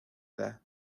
edad